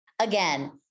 Again